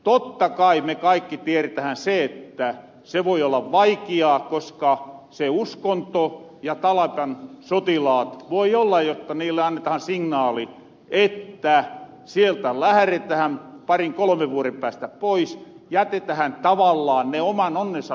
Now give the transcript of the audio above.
totta kai me kaikki tieretähän se että se voi olla vaikiaa sen uskonnon ja taleban sotilaitten takia jos niille annetahan signaali että sieltä lähretähän parin kolmen vuoren päästä pois jätetähän tavallaan ne oman onnensa nojahan